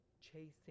chasing